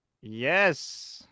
Yes